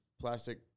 plastic